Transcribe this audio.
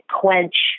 quench